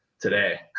Today